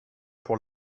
pour